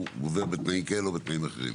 הוא עובר בתנאים כאלה או בתנאים אחרים.